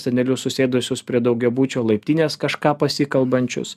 senelius susėdusius prie daugiabučio laiptinės kažką pasikalbančius